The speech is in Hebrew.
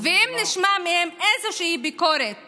אם נשמע מהם איזושהי ביקורת